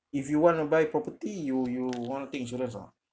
if you want to buy property you you want to take insurance ah